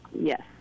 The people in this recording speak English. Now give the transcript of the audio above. Yes